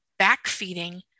backfeeding